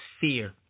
fear